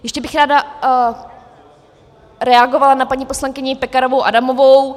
Ještě bych ráda reagovala na paní poslankyni Pekarovou Adamovou.